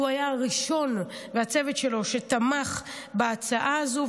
שהוא היה הראשון שתמך בהצעה הזאת,